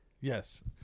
yes